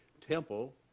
temple